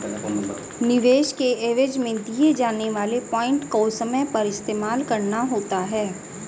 निवेश के एवज में दिए जाने वाले पॉइंट को समय पर इस्तेमाल करना होता है